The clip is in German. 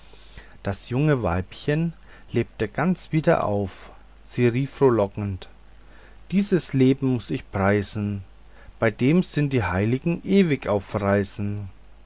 das junge weibchen lebte ganz wieder auf sie rief frohlockend dies leben muß ich preisen bei dem sind die heiligen ewig auf